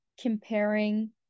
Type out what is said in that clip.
comparing